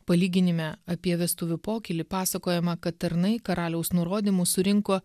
palyginime apie vestuvių pokylį pasakojama kad tarnai karaliaus nurodymu surinko